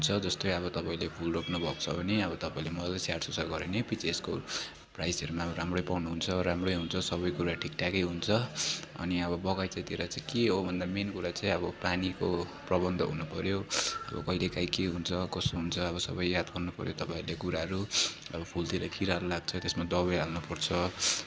जस्तै अब तपाईँले फुल रोप्नुभएको छ भने अब तपाईँले मजाले स्याहारसुसार गऱ्यो भने पछि यसको प्राइजहरू पनि अब राम्रै पाउनुहुन्छ राम्रै हुन्छ सबै कुरा ठिकठाकै हुन्छ अनि अब बगैँचातिर चाहिँ के हो भन्दा मेन कुरा चाहिँ अब पानीको प्रबन्ध हुनुपऱ्यो अब कहिलेकाहीँ के हुन्छ कसो हुन्छ अब सबै याद गर्नुपर्यो तपाईँहरूले कुराहरू अब फुलतिर किराहरू लाग्छ त्यसमा दबाई हाल्नुपर्छ